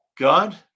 God